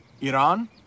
iran